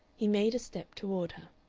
he made a step toward her.